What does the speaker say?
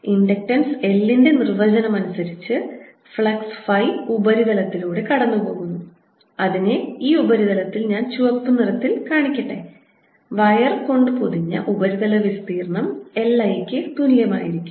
inductance L ൻറെ നിർവചനം അനുസരിച്ച് ഫ്ലക്സ് ഫൈ ഉപരിതലത്തിലൂടെ കടന്നുപോകുന്നു അതിനെ ഈ ഉപരിതലത്തിൽ ഞാൻ ചുവപ്പ് നിറത്തിൽ കാണിക്കട്ടെ വയർ കൊണ്ട് പൊതിഞ്ഞ ഉപരിതല വിസ്തീർണ്ണം L I ക്ക് തുല്യമായിരിക്കും